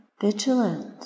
vigilant